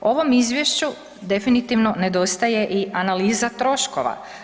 Ovom izvješću definitivno nedostaje i analiza troškova.